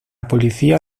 policía